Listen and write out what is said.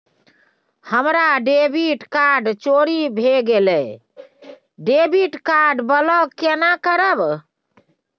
हमर debit card चोरी भगेलै डेबिट कार्ड ब्लॉक केना करब?